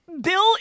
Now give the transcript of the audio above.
Bill